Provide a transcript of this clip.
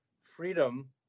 freedom